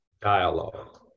dialogue